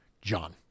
John